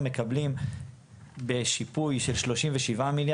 זו ישיבת מעקב,